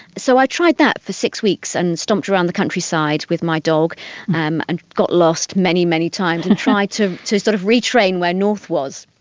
so i tried that for six weeks and stomped around the countryside with my dog um and got lost many, many times and tried to to sort of retrain where north was.